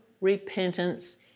repentance